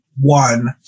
One